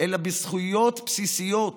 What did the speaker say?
אלא על זכויות בסיסיות